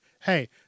Hey